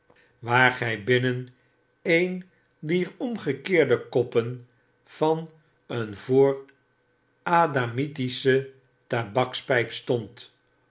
waar gy binnen een dier omgekeerde koppen van een voor adamitische tabakspyp stond